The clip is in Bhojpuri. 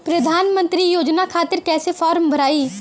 प्रधानमंत्री योजना खातिर कैसे फार्म भराई?